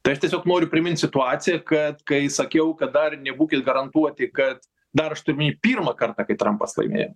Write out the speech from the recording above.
tai aš tiesiog noriu primint situaciją kad kai sakiau kad dar nebūkit garantuoti kad dar aš turiu omeny pirmą kartą kai trampas laimėjo